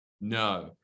no